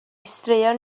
straeon